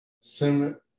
Sim